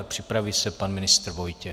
Připraví se pan ministr Vojtěch.